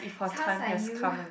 sounds like you